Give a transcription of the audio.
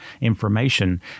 information